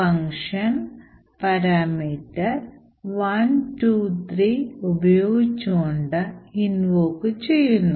function parameter 1 2 3 ഉപയോഗിച്ചു കൊണ്ട് invoke ചെയ്യുന്നു